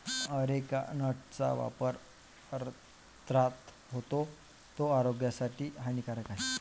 areca नटचा वापर अन्नात होतो, तो आरोग्यासाठी हानिकारक आहे